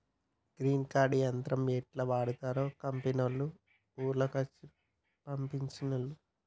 grain cart యంత్రం యెట్లా వాడ్తరో కంపెనోళ్లు ఊర్ల కొచ్చి చూపించిన్లు